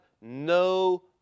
no